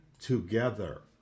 together